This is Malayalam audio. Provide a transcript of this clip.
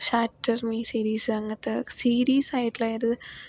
ഷാറ്റർ മി സീരീസ് അങ്ങനത്തെ സീരീസ് ആയിട്ടുള്ള അതായത്